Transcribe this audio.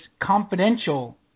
confidential